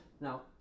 Now